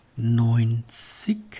Neunzig